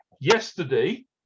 yesterday